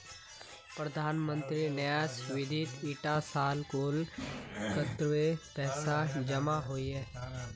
प्रधानमंत्री न्यास निधित इटा साल कुल कत्तेक पैसा जमा होइए?